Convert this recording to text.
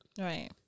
Right